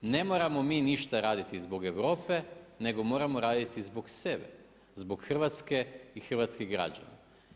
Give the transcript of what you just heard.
Ne moramo mi ništa raditi zbog Europe, nego moramo raditi zbog sebe, zbog Hrvatske i hrvatskih građana.